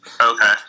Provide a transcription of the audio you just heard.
Okay